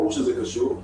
ברור שזה קשור.